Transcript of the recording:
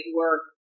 work